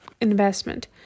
investment